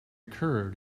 curd